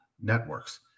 Networks